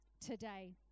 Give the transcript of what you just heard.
today